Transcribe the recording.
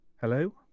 Hello